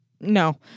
no